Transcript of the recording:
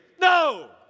no